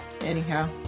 Anyhow